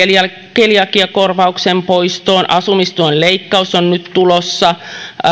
keliakiakorvauksen poisto asumistuen leikkaus on nyt tulossa